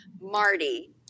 Marty